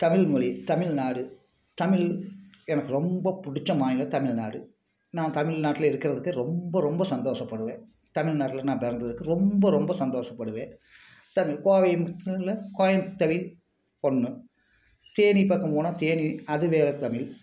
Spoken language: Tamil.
தமிழ்மொழி தமிழ்நாடு தமிழ் எனக்கு ரொம்ப பிடிச்ச மாநிலம் தமிழ்நாடு நான் தமிழ்நாட்டில் இருக்கிறதுக்கு ரொம்ப ரொம்ப சந்தோஷப்படுவேன் தமிழ்நாட்டில் நான் பிறந்ததுக்கு ரொம்ப ரொம்ப சந்தோஷப்படுவேன் தன் கோயமுத்தூர்ல கோவைத் தமிழ் ஒன்று தேனி பக்கம் போனால் தேனி அது வேறு தமிழ்